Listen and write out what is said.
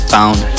Found